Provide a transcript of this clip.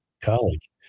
college